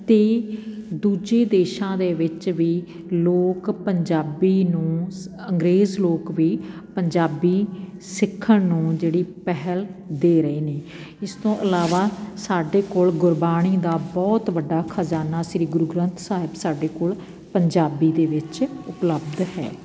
ਅਤੇ ਦੂਜੇ ਦੇਸ਼ਾਂ ਦੇ ਵਿੱਚ ਵੀ ਲੋਕ ਪੰਜਾਬੀ ਨੂੰ ਸ ਅੰਗਰੇਜ਼ ਲੋਕ ਵੀ ਪੰਜਾਬੀ ਸਿੱਖਣ ਨੂੰ ਜਿਹੜੀ ਪਹਿਲ ਦੇ ਰਹੇ ਨੇ ਇਸ ਤੋਂ ਇਲਾਵਾ ਸਾਡੇ ਕੋਲ ਗੁਰਬਾਣੀ ਦਾ ਬਹੁਤ ਵੱਡਾ ਖਜ਼ਾਨਾ ਸ਼੍ਰੀ ਗੁਰੂ ਗ੍ਰੰਥ ਸਾਹਿਬ ਸਾਡੇ ਕੋਲ ਪੰਜਾਬੀ ਦੇ ਵਿੱਚ ਉਪਲਬਧ ਹੈ